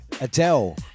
Adele